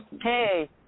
Hey